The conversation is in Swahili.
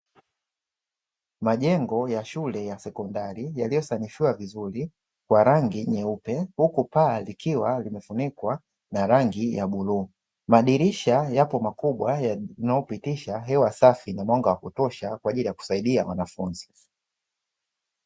Majengo ya shule ya sekondari yaliyosanifiwa vizuri kwa rangi nyeupe huku paa zikiwa zimefunikwa na rangi ya buluu, madirisha yako makubwa yanayopitisha hewa safi na mwanga wa kutosha kwa ajili ya kusaidia mwanafunzi.